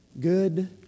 good